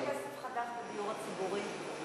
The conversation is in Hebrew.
אז יש כסף חדש לדיור הציבורי?